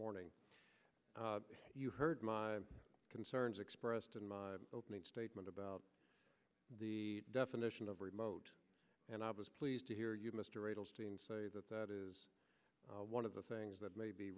morning you heard my concerns expressed in my opening statement about the definition of remote and i was pleased to hear you must say that that is one of the things that may be